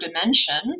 dimension